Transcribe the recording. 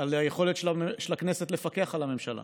על היכולת של הכנסת לפקח על הממשלה